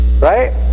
Right